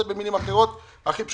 זה במילים אחרות והכי פשוטות.